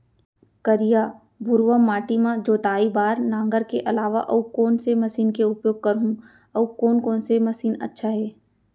करिया, भुरवा माटी म जोताई बार नांगर के अलावा अऊ कोन से मशीन के उपयोग करहुं अऊ कोन कोन से मशीन अच्छा है?